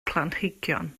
planhigion